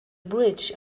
bridge